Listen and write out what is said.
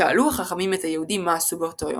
שאלו החכמים את היהודים מה עשו באותו יום,